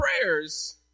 prayers